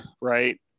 right